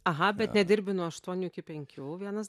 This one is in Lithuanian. aha bet nedirbi nuo aštuonių iki penkių vienas